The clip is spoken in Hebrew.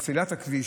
על סלילת הכביש,